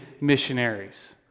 missionaries